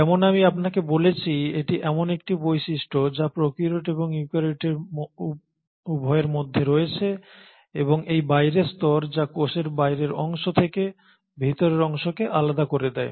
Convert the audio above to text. যেমন আমি আপনাকে বলেছি এটি এমন একটি বৈশিষ্ট্য যা প্রোক্যারিওট এবং ইউক্যারিওট উভয়ের মধ্যে রয়েছে এবং এই বাইরের স্তর যা কোষের বাইরের অংশ থেকে ভেতরের অংশকে আলাদা করে দেয়